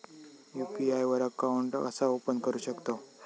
UPI वर account कसा open करू शकतव?